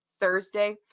Thursday